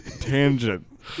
tangent